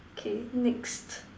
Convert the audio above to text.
K next